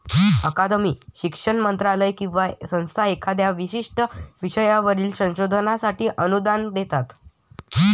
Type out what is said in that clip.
अकादमी, शिक्षण मंत्रालय किंवा संस्था एखाद्या विशिष्ट विषयावरील संशोधनासाठी अनुदान देतात